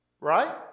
right